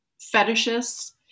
fetishists